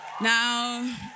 Now